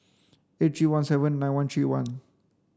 eight three one seven nin one three one